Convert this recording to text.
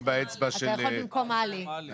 עלי סלאלחה ואלון טל.